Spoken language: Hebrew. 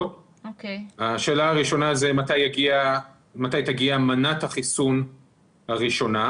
השאלה הראשונה היא מתי תגיע מנת החיסון הראשונה,